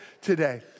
today